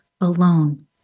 alone